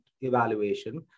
evaluation